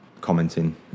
commenting